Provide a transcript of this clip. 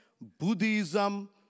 Buddhism